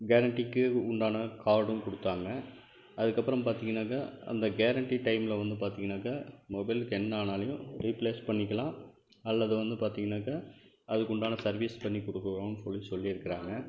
கேரண்டிக்கு உண்டான கார்டும் கொடுத்தாங்க அதுக்கப்புறம் பார்த்திங்கனாக்கா அந்தக் கேரண்டி டைமில் வந்து பார்த்திங்கனாக்கா மொபைல்க்கு என்ன ஆனாலுமே ரீப்ளேஸ் பண்ணிக்கலாம் அல்லது வந்து பார்த்திங்கனாக்கா அதுக்குண்டான சர்வீஸ் பண்ணிக் கொடுக்கிறோம்ன்னு சொல்லி சொல்லியிருக்குறாங்க